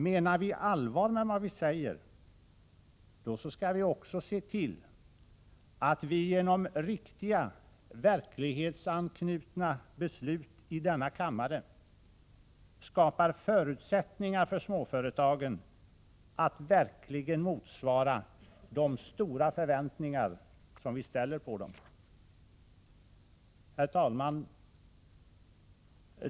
Menar vi allvar med vad vi säger, då skall vi också se till att vi genom riktiga, verklighetsanknutna beslut i denna kammare skapar förutsättningar för småföretagen att verkligen motsvara de stora förväntningar vi ställer på dem. Herr talman!